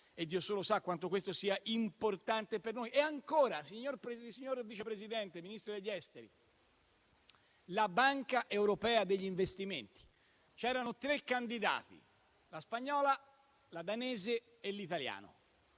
Dio solo sa quanto questo sia importante per noi. Inoltre, signor Vice Presidente del Consiglio e Ministro degli affari esteri, per la Banca europea degli investimenti c'erano tre candidati: la spagnola, la danese e l'italiano.